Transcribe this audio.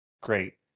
Great